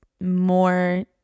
more